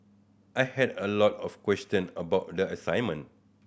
I had a lot of question about the assignment